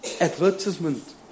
advertisement